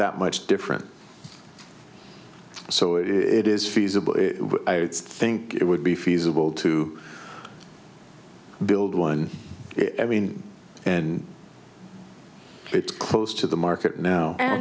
that much different so it is feasible i think it would be feasible to build one i mean and it's close to the market now and